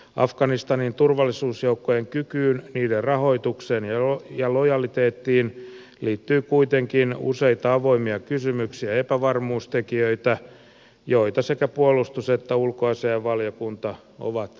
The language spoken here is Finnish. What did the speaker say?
afganistanin turvallisuusjoukkojen kykyyn rahoitukseen ja lojaliteettiin liittyy kuitenkin useita avoimia kysymyksiä ja epävarmuustekijöitä joita sekä puolustus että ulkoasiainvaliokunta ovat käsitelleet